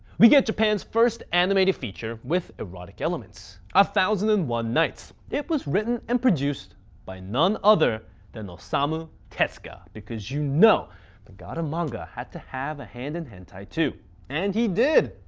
we get japan's first animated feature with erotic elements a thousand and one nights. it was written and produced by none other than osamu tezuka, because you know the god of manga had to have a hand in hentai too and he did!